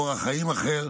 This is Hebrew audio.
באורח חיים אחר,